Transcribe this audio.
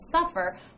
suffer